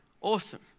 awesome